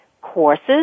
courses